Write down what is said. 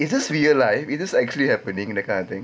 is this real life it does actually happening that kind of thing